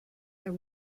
and